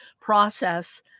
process